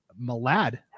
Malad